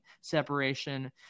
separation